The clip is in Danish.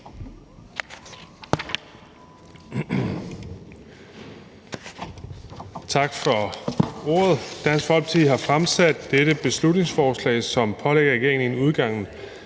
Tak for ordet. Dansk Folkeparti har fremsat dette beslutningsforslag, som pålægger regeringen inden udgangen